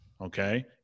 Okay